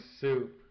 soup